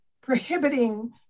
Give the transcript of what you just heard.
prohibiting